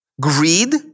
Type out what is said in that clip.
greed